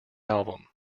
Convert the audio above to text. album